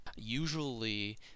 Usually